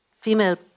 female